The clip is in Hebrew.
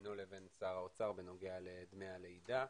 בינו לבין שר האוצר בנוגע לדמי הלידה,